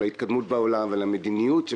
על ההתקדמות בעולם ועל המדיניות של